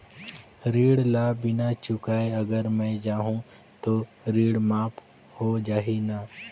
ऋण ला बिना चुकाय अगर मै जाहूं तो ऋण माफ हो जाही न?